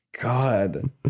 God